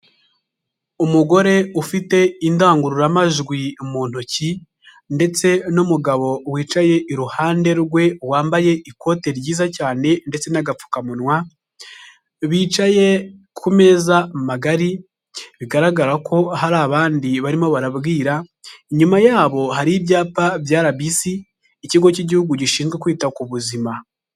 Umugore ufite indangururamajwi mu ntoki ndetse n'umugabo wicaye iruhande rwe, wambaye ikote ryiza cyane ndetse n'agapfukamunwa, bicaye ku meza magari, bigaragara ko hari abandi barimo barabwira, inyuma yabo hari ibyapa bya RBC, Ikigo cy'Igihugu gishinzwe kwita ku buzima.